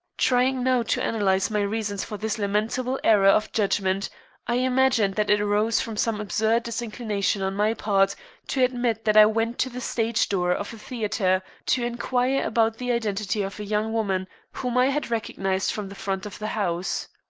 trying now to analyze my reasons for this lamentable error of judgment i imagined that it arose from some absurd disinclination on my part to admit that i went to the stage-door of a theatre to inquire about the identity of a young woman whom i had recognized from the front of the house.